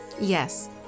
Yes